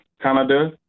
Canada